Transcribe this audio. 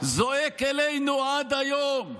זועק אלינו עד היום,